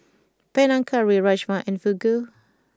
Panang Curry Rajma and Fugu